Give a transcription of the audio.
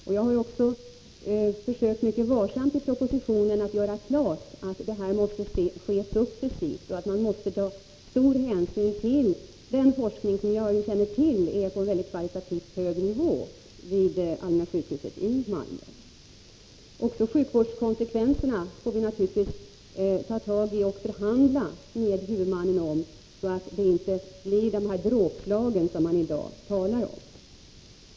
Och jag har också i propositionen mycket varsamt försökt göra klart att det hela måste ske successivt och att man måste ta stor hänsyn till den forskning vid Allmänna sjukhuset i Malmö som jag känner till är på kvalitativt mycket hög nivå. Sjukvårdskonsekvenserna får vi naturligtvis också förhandla med huvudmannen om, så att det inte blir det dråpslag som man i dag talar om.